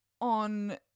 on